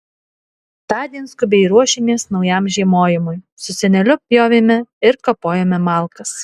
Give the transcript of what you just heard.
tądien skubiai ruošėmės naujam žiemojimui su seneliu pjovėme ir kapojome malkas